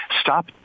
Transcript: stop